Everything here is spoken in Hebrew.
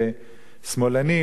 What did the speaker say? יעבור לפסים אלימים,